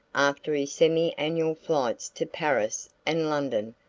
after his semi-annual flights to paris and london,